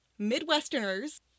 Midwesterners